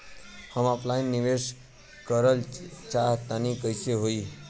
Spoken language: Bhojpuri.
हम ऑफलाइन निवेस करलऽ चाह तनि कइसे होई?